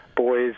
boys